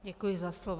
Děkuji za slovo.